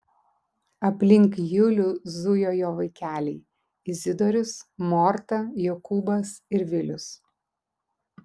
aplink julių zujo jo vaikeliai izidorius morta jokūbas ir vilius